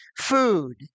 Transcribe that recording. food